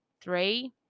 three